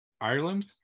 Ireland